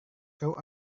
kau